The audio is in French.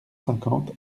cinquante